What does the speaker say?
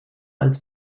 als